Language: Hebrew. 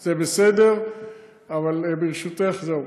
זה בסדר, אבל, ברשותך, זהו.